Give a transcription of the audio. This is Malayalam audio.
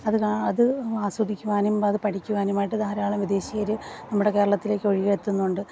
അത് ക അത് ആസ്വദിക്കുവാനും അത് പഠിക്കുവാനുമായിട്ട് ധാരാളം വിദേശീയര് നമ്മുടെ കേരളത്തിലേക്ക് ഒഴുകി എത്തുന്നുണ്ട്